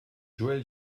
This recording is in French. joël